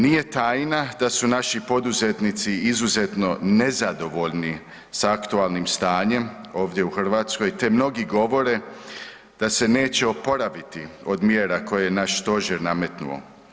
Nije tajna da su naši poduzetnici izuzetno nezadovoljni s aktualnim stanjem ovdje u Hrvatskoj, te mnogi govore da se neće oporaviti od mjera koje je naš stožer nametnuo.